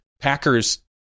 Packers